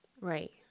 Right